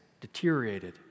deteriorated